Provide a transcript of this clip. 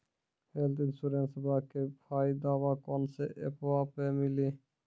Health इंश्योरेंसबा के फायदावा कौन से ऐपवा पे मिली?